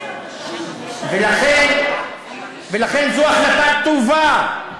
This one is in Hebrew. ולכן זו החלטה טובה.